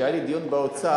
כשהיה לי דיון באוצר,